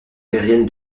aérienne